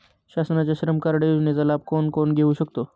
शासनाच्या श्रम कार्ड योजनेचा लाभ कोण कोण घेऊ शकतो?